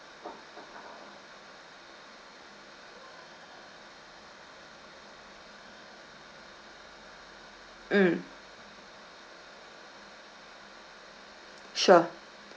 mm sure